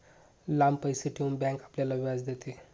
लांब पैसे ठेवून बँक आपल्याला व्याज देते